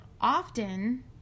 often